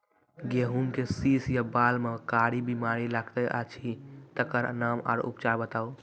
गेहूँमक शीश या बाल म कारी बीमारी लागतै अछि तकर नाम आ उपचार बताउ?